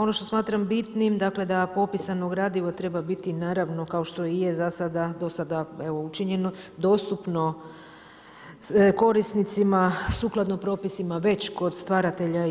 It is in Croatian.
Ono što smatram bitnim da popisano gradivo treba biti, naravno kao što i je do sada učinjeno, dostupno korisnicima sukladno propisima već kod stvaratelja